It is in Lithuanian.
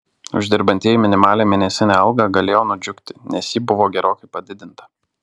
uždirbantieji minimalią mėnesinę algą galėjo nudžiugti nes ji buvo gerokai padidinta